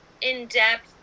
in-depth